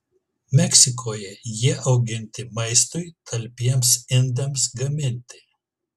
meksikoje jie auginti maistui talpiems indams gaminti